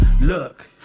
Look